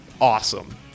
awesome